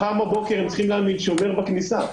מחר בבוקר הם צריכים להעמיד שומר בכניסה.